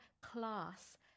class